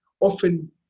often